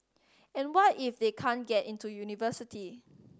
and what if they can't get into university